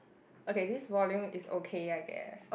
okay this volume is okay I guess